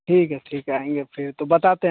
ठीक है ठीक है आएँगे फिर तो बताते हैं